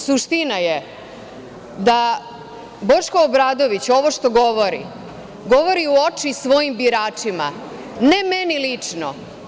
Suština je da Boško Obradović ovo što govori, govori u oči svojim biračima, ne meni lično.